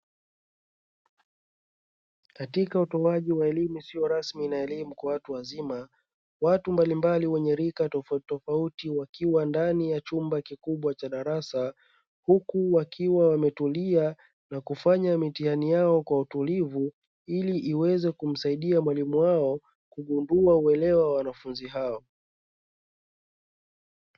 katika utoaji wa elimu isiyo rasmi na elimu kwa watu wazima. Watu mbalimbali wenye rika tofauti tofauti wakiwa ndani ya chumba kikubwa cha darasa, huku wakiwa wametulia na kufanya mitihani yao kwa utulivu, ili iweze kumsaidia walimu wao kugundua uelewa wa wanafunzi hawa.